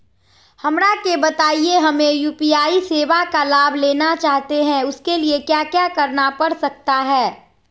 हमरा के बताइए हमें यू.पी.आई सेवा का लाभ लेना चाहते हैं उसके लिए क्या क्या करना पड़ सकता है?